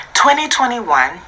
2021